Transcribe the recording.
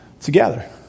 together